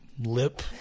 Lip